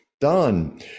done